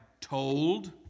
told